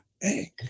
Hey